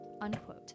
unquote